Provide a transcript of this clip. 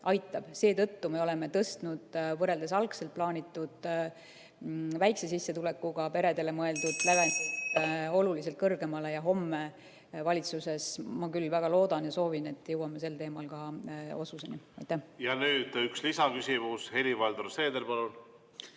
aitab. Seetõttu me oleme tõstnud võrreldes algselt plaanitud väikese sissetulekuga peredele mõeldud lävendi oluliselt kõrgemale ja homme valitsuses ma küll väga loodan ja soovin, et jõuame sel teemal ka otsuseni. Ja nüüd üks lisaküsimus. Helir-Valdor Seeder, palun!